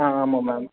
ஆ ஆமாம் மேம்